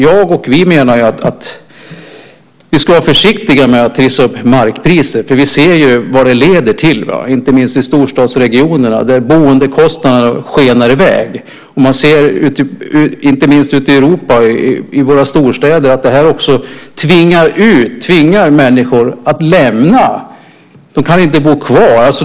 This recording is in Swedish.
Jag, och vi, menar ju att vi ska vara försiktiga med att trissa upp markpriset. Vi ser ju vad det leder till, inte minst i storstadsregionerna, där boendekostnaderna skenar iväg. Man ser inte minst ute i Europa, i våra storstäder, att det här också tvingar människor att lämna sina hem. De kan inte bo kvar.